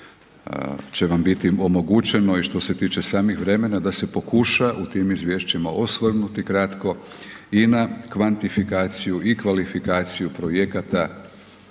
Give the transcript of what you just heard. će vam biti omogućeno i što se tiče samih vremena, da se pokuša u tim izvješćima osvrnuti kratko i na kvantifikaciju i kvalifikaciju projekata